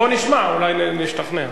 בוא נשמע, אולי נשתכנע.